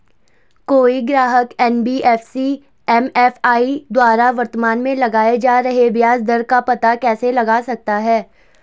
कोई ग्राहक NBFC MFI द्वारा वर्तमान में लगाए जा रहे ब्याज दर का पता कैसे लगा सकता है?